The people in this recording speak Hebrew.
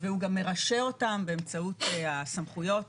והוא גם מרשה אותם באמצעות הסמכויות